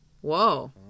Whoa